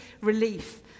relief